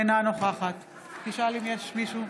אינה נוכחת תודה.